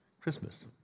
Christmas